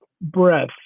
breath